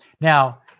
Now